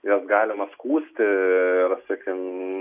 jas galima skųsti ir sakykim